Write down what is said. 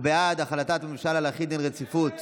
הוא בעד החלטת הממשלה להחיל דין רציפות